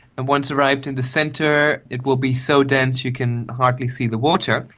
and once arrived in the centre it will be so dense you can hardly see the water,